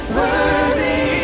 worthy